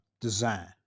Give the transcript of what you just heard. design